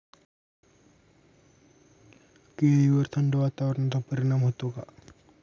केळीवर थंड वातावरणाचा परिणाम होतो का?